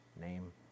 name